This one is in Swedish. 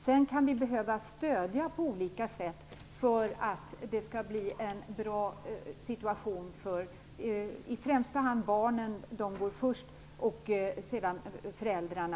Sedan kan vi behöva stödja på olika sätt för att det skall bli en bra situation för barnen - de går först - och sedan föräldrarna.